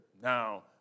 Now